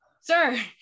Sir